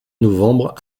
novembre